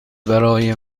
برای